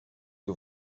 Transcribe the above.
que